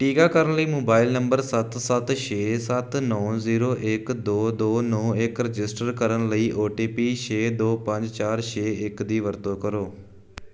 ਟੀਕਾਕਰਨ ਲਈ mobile number ਸੱਤ ਸੱਤ ਛੇ ਸੱਤ ਨੌਂ ਜ਼ੀਰੋ ਇੱਕ ਦੋ ਦੋ ਨੌਂ ਇੱਕ ਰਜਿਸਟਰ ਕਰਨ ਲਈ ਔ ਟੀ ਪੀ ਛੇ ਦੋ ਪੰਜ ਚਾਰ ਛੇ ਇੱਕ ਦੀ ਵਰਤੋਂ ਕਰੋ